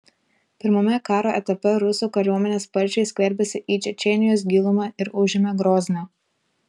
pirmame karo etape rusų kariuomenė sparčiai skverbėsi į čečėnijos gilumą ir užėmė grozną